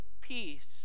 peace